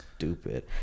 stupid